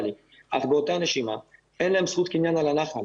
לי אך באותה נשימה אין להם זכות קניין על הנחל.